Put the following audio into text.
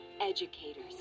educators